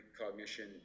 cognition